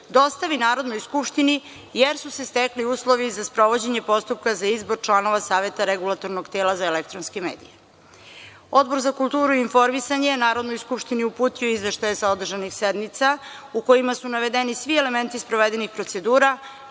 dostavi Narodnoj skupštini jer su se stekli uslovi za sprovođenje postupka za izbor članova Saveta Regulatornog tela za elektronske medije. Odbor za kulturu i informisanje je Narodnoj skupštini uputio izveštaje sa održanih sednica, u kojima su navedeni svi elementi sprovedenih procedura,